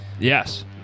Yes